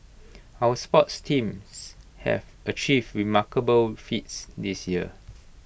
our sports teams have achieved remarkable feats this year